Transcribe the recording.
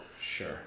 Sure